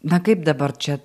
na kaip dabar čia